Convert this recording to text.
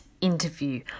interview